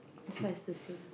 that's why is the same